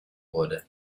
wurde